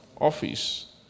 office